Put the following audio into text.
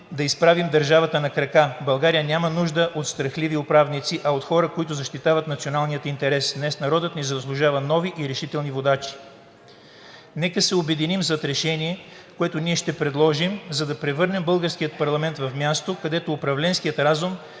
да изправим държавата на крака“. България няма нужда от страхливи управници, а от хора, които защитават националния интерес. Днес народът ни заслужава нови и решителни водачи. Нека се обединим зад решение, което ние ще предложим, за да превърнем българския парламент в място, където управленският разум